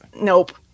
nope